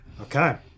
Okay